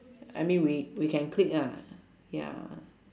I mean we we can click lah ya